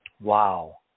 Wow